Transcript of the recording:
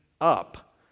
up